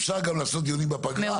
אפשר גם לעשות דיונים בפגרה,